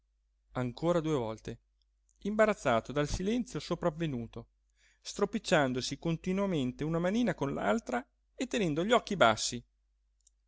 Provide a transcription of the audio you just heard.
ancora due volte imbarazzato dal silenzio sopravvenuto stropicciandosi continuamente una manina con l'altra e tenendo gli occhi bassi